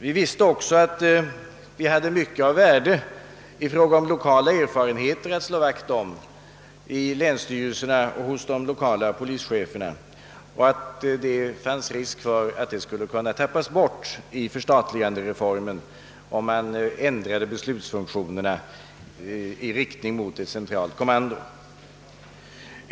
Vi visste också att vi hade att slå vakt om mycket av värde i fråga om regionala och lokala erfarenheter hos länsstyrelserna och de lokala polischeferna och att det fanns risk för att dessa erfarenheter skulle kunna tappas bort vid förstatligandereformen, om beslutsfunktionerna ändrades i riktning mot ett centralt kommando.